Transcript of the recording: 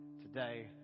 Today